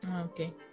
Okay